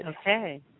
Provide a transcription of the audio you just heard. Okay